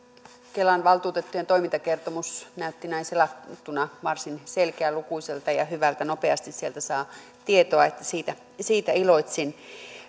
kelan valtuutettujen toimintakertomus näytti näin selattuna varsin selkeälukuiselta ja hyvältä nopeasti sieltä saa tietoa siitä siitä iloitsin